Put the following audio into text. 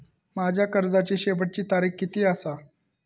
माझ्या कर्जाची शेवटची तारीख किती आसा?